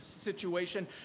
situation